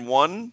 one